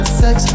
sex